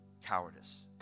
cowardice